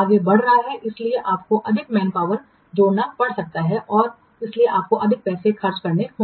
आगे बढ़ रहा है इसलिए आपको अधिक मैनपावर जोड़ना पड़ सकता है और इसलिए आपको अधिक पैसे खर्च करने होंगे